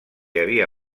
havia